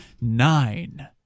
nine